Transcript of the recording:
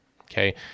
okay